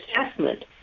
assessment